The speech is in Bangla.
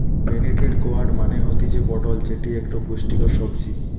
পোনিটেড গোয়ার্ড মানে হতিছে পটল যেটি একটো পুষ্টিকর সবজি